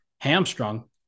hamstrung